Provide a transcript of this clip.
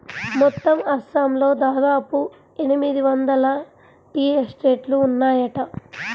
మొత్తం అస్సాంలో దాదాపు ఎనిమిది వందల టీ ఎస్టేట్లు ఉన్నాయట